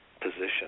position